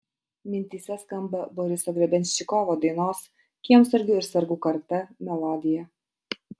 mintyse skamba boriso grebenščikovo dainos kiemsargių ir sargų karta melodija